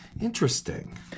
interesting